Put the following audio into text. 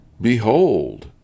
Behold